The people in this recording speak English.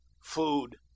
food